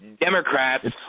Democrats